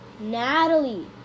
Natalie